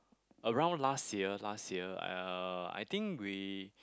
around last year last year uh I think we